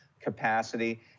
capacity